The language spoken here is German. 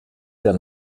der